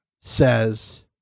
says